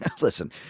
Listen